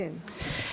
כן.